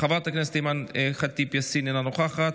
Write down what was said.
חברת הכנסת אימאן ח'טיב יאסין, אינה נוכחת,